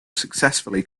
successfully